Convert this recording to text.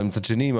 מצד שני,